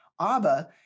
abba